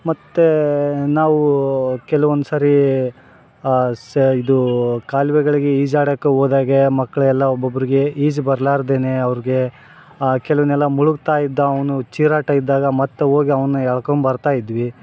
ಮತ್ತು ನಾವು ಕೆಲುವೊಂದ್ಸರಿ ಸೇ ಇದು ಕಾಲುವೆಗಳಿಗೆ ಈಜಾಡಕ್ಕೆ ಹೋದಾಗೆ ಮಕ್ಳು ಎಲ್ಲ ಒಬ್ಬ ಒಬ್ಬರಿಗೆ ಈಜು ಬರ್ಲಾರ್ದೇನೆ ಅವ್ರ್ಗೆ ಕೆಲವು ನೆಲ್ಲ ಮೂಳಗ್ತಾ ಇದ್ದಾ ಅವನು ಚೀರಾಟ ಇದ್ದಾಗ ಮತ್ತೆ ಹೋಗಿ ಅವನ್ನ ಎಳ್ಕೊಂಡು ಬರ್ತಾಯಿದ್ವಿ